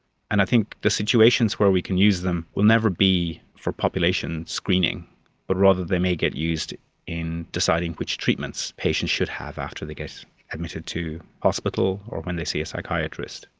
and i think the situations where we can use them will never be for population screening but rather they may get used in deciding which treatments patients should have after they get admitted to hospital or when they see a psychiatrist.